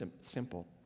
simple